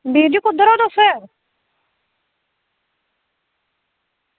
बीर जी कुद्धर ओह् तुस